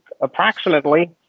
Approximately